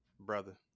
Brother